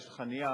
ויש לך נייר,